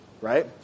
right